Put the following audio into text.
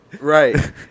right